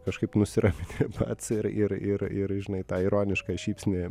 kažkaip nusiramini pats ir ir ir ir žinai tą ironišką šypsnį